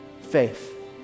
faith